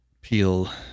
peel